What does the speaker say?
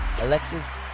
Alexis